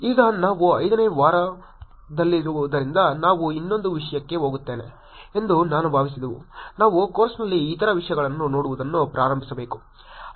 ಈಗ ನಾವು 5 ನೇ ವಾರದಲ್ಲಿರುವುದರಿಂದ ನಾನು ಇನ್ನೊಂದು ವಿಷಯಕ್ಕೆ ಹೋಗುತ್ತೇನೆ ಎಂದು ನಾನು ಭಾವಿಸಿದೆವು ನಾವು ಕೋರ್ಸ್ನಲ್ಲಿ ಇತರ ವಿಷಯಗಳನ್ನು ನೋಡುವುದನ್ನು ಪ್ರಾರಂಭಿಸಬೇಕು